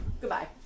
goodbye